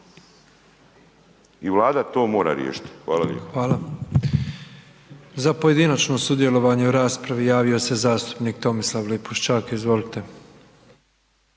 **Petrov, Božo (MOST)** Hvala. Za pojedinačno sudjelovanje u raspravi javio se zastupnik Tomislav Lipošćak, izvolite.